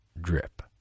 drip